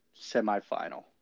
semifinal